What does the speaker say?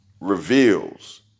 reveals